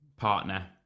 Partner